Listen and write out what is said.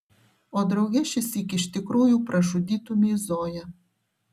o drauge šįsyk iš tikrųjų pražudytumei zoją